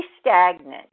stagnant